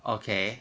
okay